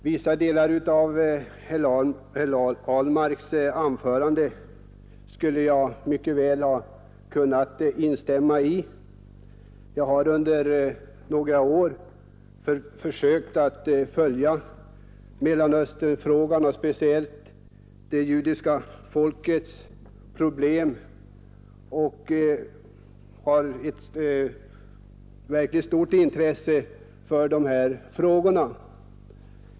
Vissa delar av herr Ahlmarks anförande skulle jag mycket väl ha kunnat instämma i. Jag har under några år försökt att följa Mellanösternfrågan och speciellt det judiska folkets problem, och jag har ett verkligt stort intresse för dessa frågor.